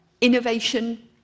Innovation